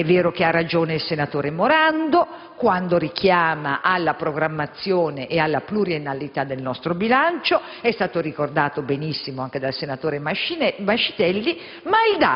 triennio 2011-2014. Ha ragione il senatore Morando quando richiama alla programmazione e alla pluriennalità del nostro bilancio, e ciò è stato ricordato benissimo anche dal senatore Mascitelli,